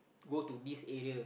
go to this area